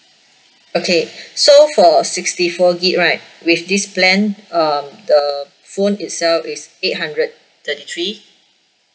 okay so for sixty four gig right with this plan uh the phone itself is eight hundred thirty three